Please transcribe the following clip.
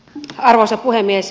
arvoisa puhemies